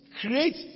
create